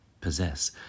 possess